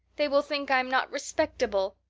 they will think i am not respectable.